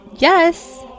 Yes